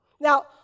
Now